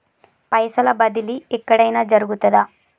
పైసల బదిలీ ఎక్కడయిన జరుగుతదా?